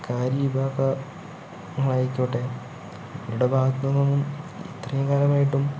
വിഭാങ്ങളായിക്കോട്ടെ ഇവരുടെ ഭാഗത്തു നിന്നും ഇത്രയും കാലമായിട്ടും